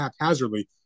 haphazardly